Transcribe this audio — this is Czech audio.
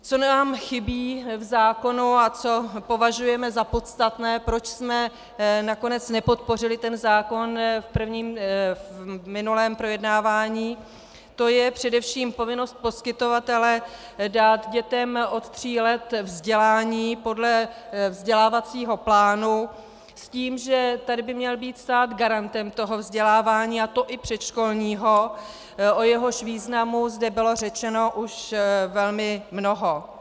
Co nám chybí v zákonu a co považujeme za podstatné, proč jsme nakonec nepodpořili ten zákon v minulém projednávání, to je především povinnost poskytovatele dát dětem od tří let vzdělání podle vzdělávacího plánu s tím, že tady by měl být stát garantem vzdělávání, a to i předškolního, o jehož významu zde bylo řečeno už velmi mnoho.